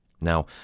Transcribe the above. Now